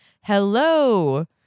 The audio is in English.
Hello